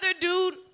dude